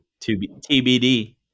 TBD